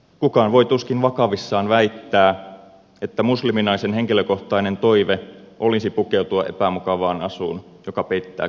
kukaan voi tuskin vakavissaan väittää että musliminaisen henkilökohtainen toive olisi pukeutua epämukavaan asuun joka peittää koko kehon